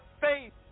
faith